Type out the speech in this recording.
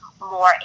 more